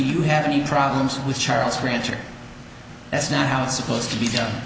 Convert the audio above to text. you have any problems with charles rancher that's not how it's supposed to be done